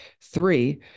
Three